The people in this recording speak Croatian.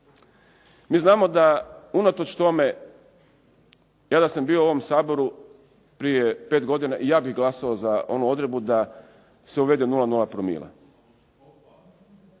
Mi znamo da unatoč tome, ja da sam bio u ovom Saboru prije 5 godina i ja bih glasovao za onu odredbu da se uvede 00 promila.